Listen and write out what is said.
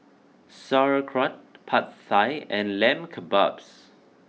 Sauerkraut Pad Thai and Lamb Kebabs